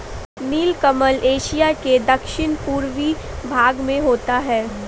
नीलकमल Asia के दक्षिण पूर्वी भाग में होता है